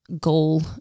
goal